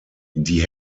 die